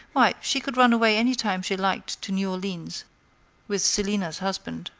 why, she could run away any time she liked to new orleans with celina's husband.